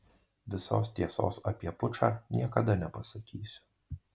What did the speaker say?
visos tiesos apie pučą niekada nepasakysiu